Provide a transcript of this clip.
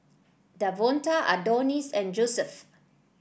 Davonta Adonis and Josef